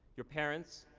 your parents,